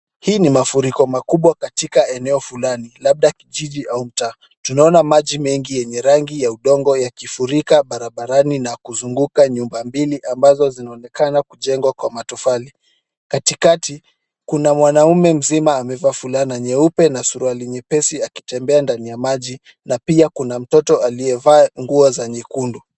Hii ni mafuriko makubwa katika eneo fulani labda kijiji au mtaa. Tunaona maji mengi yenye rangi ya udongo yakifurika barabarani na kuzunguka nyumba mbili ambazo zinaonekana kujengwa kwa matofali. Katikati, kuna mwanaume mzima amevaa fulana nyeupe na suruali nyepesi akitembea ndani ya maji na pia kuna mtoto aliyevaa nguo za nyekundu.